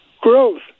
Growth